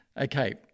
Okay